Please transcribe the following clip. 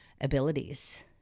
abilities